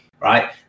Right